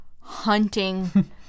Hunting